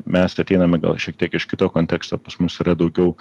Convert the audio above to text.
mes ateiname gal šiek tiek iš kito konteksto pas mus yra daugiau